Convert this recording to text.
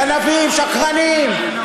תסתכל, גנבים, שקרנים.